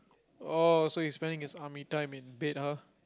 oh so he's spending his army time in bed !huh!